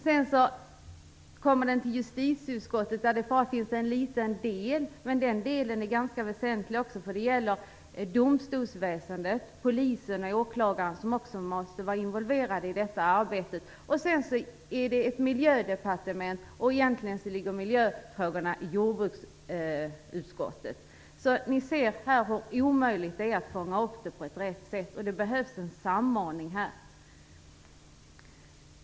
Därefter kommer den till justitieutskottet, som bara har hand om en liten del. Den delen är dock ganska väsentlig, eftersom det gäller domstolsväsendet samt polis och åklagare. De måste ju också vara involverade i detta arbete. Vidare har vi Miljödepartementet, men egentligen hör miljöfrågorna hemma i jordbruksutskottet. Ni märker hur omöjligt det är att fånga upp dessa saker på rätt sätt. Det behövs alltså en samordning här.